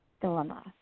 dilemma